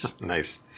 Nice